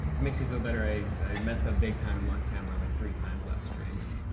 it makes you feel better, i messed up big time on camera like three times last stream. and